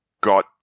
got